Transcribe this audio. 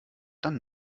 dann